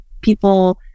people